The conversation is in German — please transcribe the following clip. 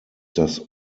das